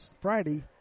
friday